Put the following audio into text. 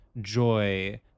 joy